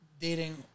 Dating